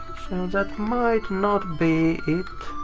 so that might not be it